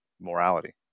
morality